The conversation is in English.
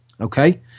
Okay